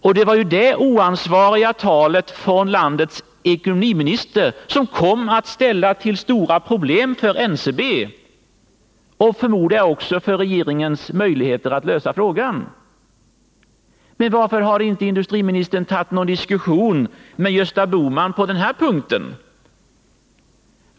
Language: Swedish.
Och det var det oansvariga talet från landets ekonomiminister som kom att ställa till stora problem för NCB och, förmodar jag, också för regeringens möjligheter att lösa frågan. Men varför har inte industriministern haft någon diskussion med Gösta Bohman på den här punkten?